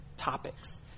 Topics